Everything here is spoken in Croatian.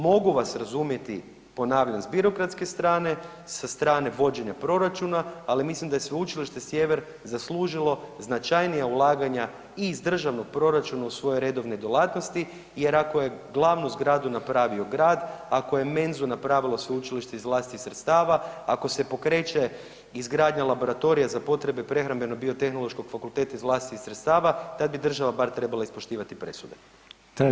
Mogu vas razumjeti, ponavljam s birokratske strane, sa strane vođenja proračuna, ali mislim da je Sveučilište Sjever zaslužilo značajnija ulaganja i iz državnog proračuna u svoje redovne djelatnosti jer ako je glavnu zgradu napravio grad, ako je menzu napravilo sveučilište iz vlastitih sredstava, ako se pokreće izgradnja laboratorija za potrebe prehrambeno-biotehološkog fakulteta iz vlastitih sredstava tad bi država bar trebala ispoštivati presude.